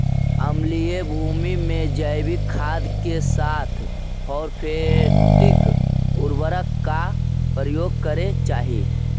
अम्लीय भूमि में जैविक खाद के साथ फॉस्फेटिक उर्वरक का प्रयोग करे चाही